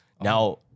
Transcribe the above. now